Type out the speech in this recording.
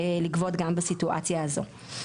לגבות גם בסיטואציה הזאת.